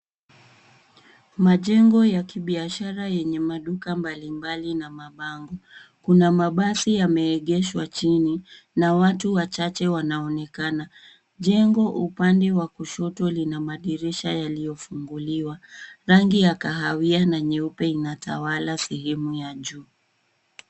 Majengo ya kibiashara yenye maduka mbalimbali na mabango. Kuna mabasi yameegeshwa chini, na watu wachache wanaonekana. Jengo upande wa kushoto lina madirisha yaliyofunguliwa. Rangi ya kahawia na nyeupe inatawala sehemu ya juu.